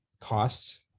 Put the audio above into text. costs